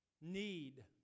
need